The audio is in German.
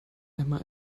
einmal